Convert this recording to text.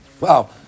Wow